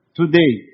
today